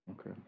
Okay